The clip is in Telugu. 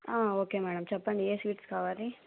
ఓకే మేడం చెప్పండి ఏ స్వీట్స్ కావాలి